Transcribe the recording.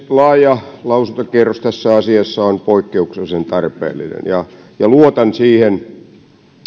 laaja lausuntokierros tässä asiassa on poikkeuksellisen tarpeellinen luotan siihen